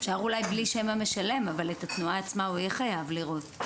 אפשר אולי בלי שם המשלם אבל את התנועה עצמה הוא יהיה חייב לראות.